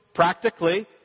Practically